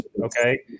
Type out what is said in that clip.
Okay